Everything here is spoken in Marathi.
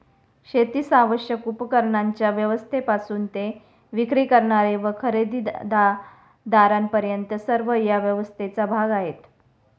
शेतीस आवश्यक उपकरणांच्या व्यवस्थेपासून ते विक्री करणारे व खरेदीदारांपर्यंत सर्व या व्यवस्थेचा भाग आहेत